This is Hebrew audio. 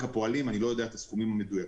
הפועלים אני לא יודע את הסכומים המדויקים